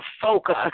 focus